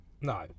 No